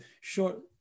short